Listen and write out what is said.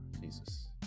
Jesus